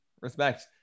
Respect